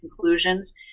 conclusions